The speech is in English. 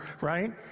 right